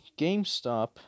GameStop